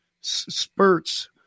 spurts